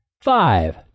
Five